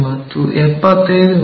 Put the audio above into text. ಮತ್ತು 75 ಮಿ